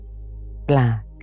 Black